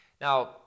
Now